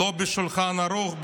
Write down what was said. לא בשולחן ערוך,